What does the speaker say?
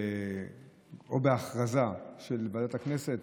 או בהכרזה של ועדת הכנסת,